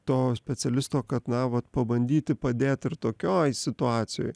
to specialisto kad na vat pabandyti padėt ir tokioj situacijoj